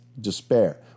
despair